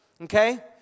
Okay